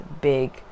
big